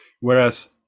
Whereas